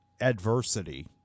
adversity